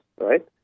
right